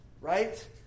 right